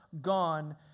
gone